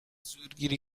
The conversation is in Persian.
زورگیری